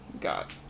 got